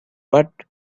but